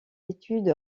étude